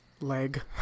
leg